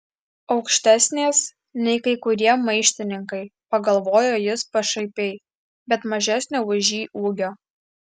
aukštesnės nei kai kurie maištininkai pagalvojo jis pašaipiai bet mažesnio už jį ūgio